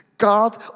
God